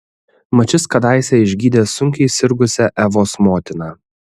mat šis kadaise išgydė sunkiai sirgusią evos motiną